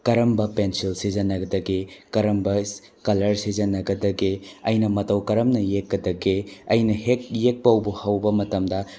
ꯀꯔꯝꯕ ꯄꯦꯟꯁꯤꯜ ꯁꯤꯖꯤꯟꯅꯒꯗꯒꯦ ꯀꯔꯝꯕ ꯀꯂ꯭ꯔ ꯁꯤꯖꯤꯟꯅꯒꯗꯒꯦ ꯑꯩꯅ ꯃꯇꯧ ꯀꯔꯝꯅ ꯌꯦꯛꯀꯗꯒꯦ ꯑꯩꯅ ꯍꯦꯛ ꯌꯦꯛꯄ ꯍꯧꯕ ꯃꯇꯝꯗ